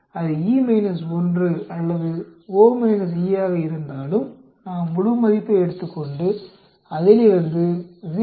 அது E 1 அல்லது O - Eஆக இருந்தாலும் நாம் முழுமதிப்பை எடுத்துக்கொண்டு அதிலிருந்து 0